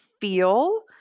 feel